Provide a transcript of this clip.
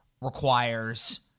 requires